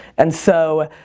and so,